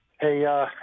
Hey